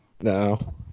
No